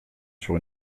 sur